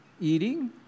eating